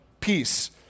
peace